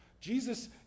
Jesus